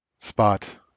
spot